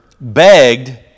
begged